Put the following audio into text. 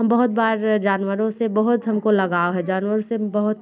हम बहुत बार जानवरों से बहुत हम को लगाव है जानवरों से हम बहुत